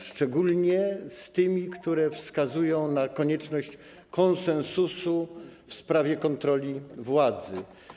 Szczególnie z tymi, które wskazują na konieczność konsensusu w sprawie kontroli władzy.